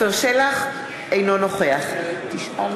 אינו נוכח רבותי,